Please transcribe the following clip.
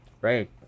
Right